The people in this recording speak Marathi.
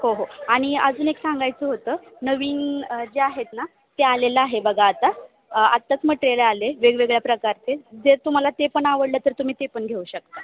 हो हो आणि अजून एक सांगायचं होतं नवीन जे आहेत ना ते आलेलं आहे बघा आता आत्ताच मटेरियल आलं आहे वेगवेगळ्या प्रकारचे जर तुम्हाला ते पण आवडलं तर तुम्ही ते पण घेऊ शकता